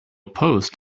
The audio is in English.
post